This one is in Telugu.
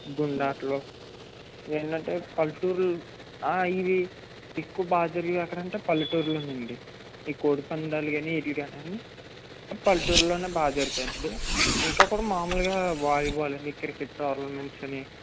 గుండాట్లు ఏంటంటే పల్లెటూర్లు ఆ ఇది ఎక్కువ బాగా జరిగేదెక్కడంటే పల్లెటూర్లో నండి ఈ కోడి పంద్యాలు ఇవన్నీ పల్లెటూర్లలోనే బాగా జరుగుతుందండి ఇంకా కూడా మాములుగా వాలీబాల్ అని క్రికెట్ టోర్నమెంట్స్ అని